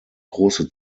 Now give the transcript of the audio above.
große